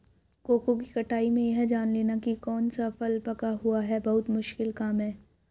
cocoa की कटाई में यह जान लेना की कौन सा फल पका हुआ है बहुत मुश्किल काम है